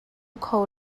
kho